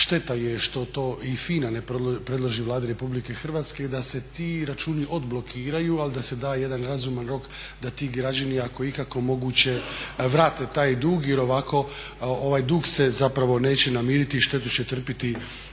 šteta je to što i FINA ne predloži Vladi RH da se ti računi odblokiraju ali da se da jedan razuman rok da ti građani ako je ikako moguće vrate taj dug jer ovako ovaj dug se neće namiriti i štetu će trpiti